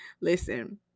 listen